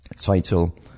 title